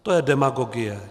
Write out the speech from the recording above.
To je demagogie.